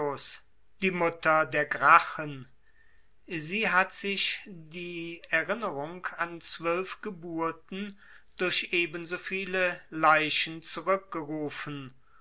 die mutter der gracchen sie hat sich die erinnerung an zwölf geburten durch ebensoviele leichen zurückgerufen